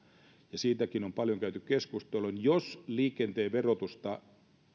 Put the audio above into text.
ja siitäkin on paljon käyty keskustelua jos liikenteen verotusta